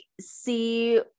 see